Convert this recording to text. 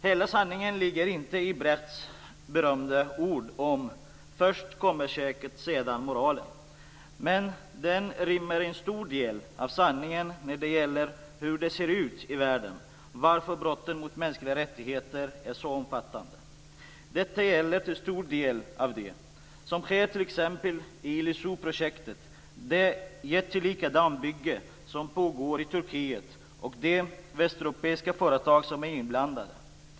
Hela sanningen ligger inte i Brechts berömda ord: Först kommer käket, sedan moralen. Men de rymmer en stor del av sanningen när det gäller hur det ser ut i världen, när det gäller varför brotten mot mänskliga rättigheter är så omfattande. Detta gäller till stor del det som sker när det gäller t.ex. Illisuprojektet, det jättelika dammbygge som pågår i Turkiet, och de västeuropeiska företag som är inblandade.